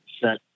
set